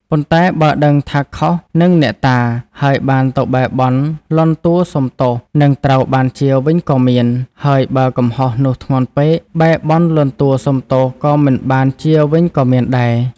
ប៉ុន្តែបើដឹងថាខុសនឹងអ្នកតា ហើយបានទៅបែរបន់លន់តួសុំទោស នឹងត្រូវបានជាវិញក៏មាន ហើយបើកំហុសនោះធ្ងន់ពេក បែរបន់លន់តួសុំទោសក៏មិនបានជាវិញក៏មានដែរ ។